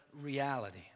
reality